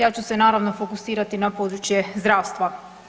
Ja ću se naravno fokusirati na područje zdravstva.